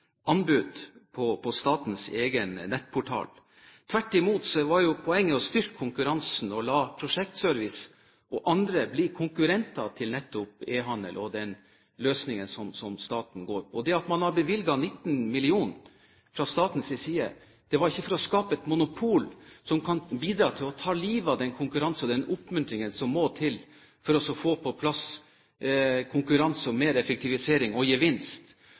anbud på statens egen nettportal. Tvert imot var poenget å styrke konkurransen og la Prosjektservice og andre bli konkurrenter til nettopp e-handel og den løsningen som staten går for. Og det at man har bevilget 19 mill. kr fra statens side, var ikke for å skape et monopol som kan bidra til å ta livet av den konkurransen og den oppmuntringen som må til for å få på plass konkurranse, mer effektivisering og gevinst.